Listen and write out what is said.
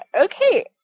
Okay